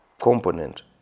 component